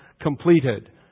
completed